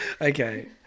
Okay